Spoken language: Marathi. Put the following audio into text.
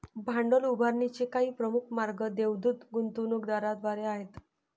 भांडवल उभारणीचे काही प्रमुख मार्ग देवदूत गुंतवणूकदारांद्वारे आहेत